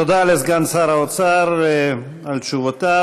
תודה לסגן שר האוצר על תשובותיו.